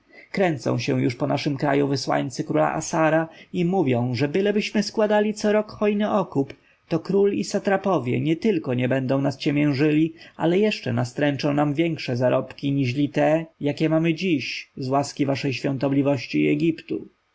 kręcą się już po naszym kraju wysłańcy króla assara i mówią że bylebyśmy składali co rok hojny okup to król i satrapowie nietylko nie będą nas ciemiężyli ale jeszcze nastręczą nam większe zarobki niż te jakie mamy dziś z łaski waszej świątobliwości i egiptu